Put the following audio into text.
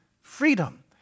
freedom